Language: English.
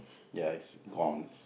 ya it's gone